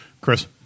Chris